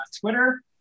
Twitter